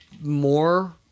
more